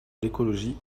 l’écologie